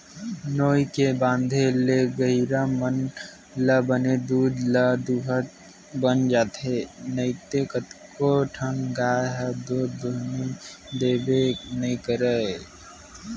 नोई के बांधे ले गहिरा मन ल बने दूद ल दूहूत बन जाथे नइते कतको ठन गाय ह दूद दूहने देबे नइ करय